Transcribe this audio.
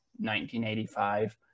1985